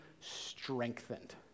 strengthened